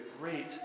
great